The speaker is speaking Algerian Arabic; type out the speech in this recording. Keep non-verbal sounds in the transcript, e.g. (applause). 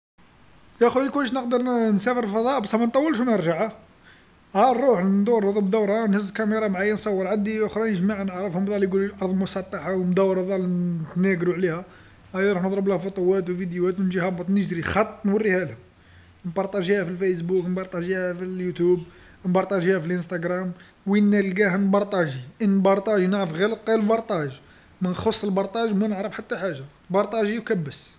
يا خويا كون جيت نقدر نسافر للفضاء بصح ما نطولش ونرجع، هانروح ندور نضرب دوره نهز الكاميرا معايا نصور عندي اخرين جماعه نعرفهم مداري يقولولي الأرض مسطحه ومدوره نظل نتناقرو عليها، أيا نروح نضربلها فوطوات وفيديوهات ونجي هابط نجري خط نوريهالهم، نبارطاجيها في الفايسبوك نبارطاجيها في اليوتيوب، نبارطاجيها في الأنستغرام، وين نلقاها نبارطاجي، انبارطاجي نعرف غي (unintelligible) المشاركة، من خص المشاركة ما نعرف حتى حاج،. بارطاجي وكبس.